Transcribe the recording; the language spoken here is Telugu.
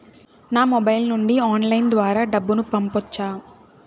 నా మొబైల్ నుండి ఆన్లైన్ ద్వారా డబ్బును పంపొచ్చా